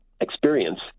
experience